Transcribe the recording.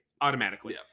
automatically